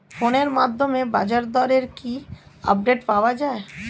ফোনের মাধ্যমে বাজারদরের কি আপডেট পাওয়া যায়?